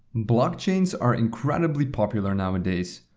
blockchains are incredibly popular nowadays.